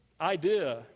idea